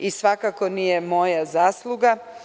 To svakako nije moja zasluga.